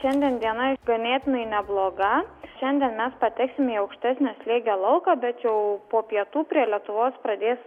šiandien diena ganėtinai nebloga šiandien mes pateksim į aukštesnio slėgio lauką bet jau po pietų prie lietuvos pradės